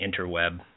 interweb